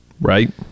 right